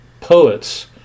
poets